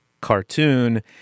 cartoon